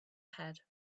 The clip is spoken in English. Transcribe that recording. head